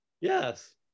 Yes